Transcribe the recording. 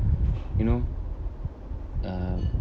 you know uh